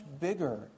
bigger